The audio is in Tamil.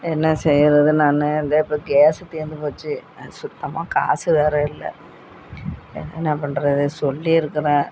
என்ன செய்கிறது நான் இந்த இப்போ கேஸு தீர்ந்து போச்சு அது சுத்தமாக காசு வேறு இல்லை என்ன நான் பண்ணுறது சொல்லியிருக்குறேன்